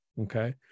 okay